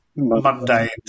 Monday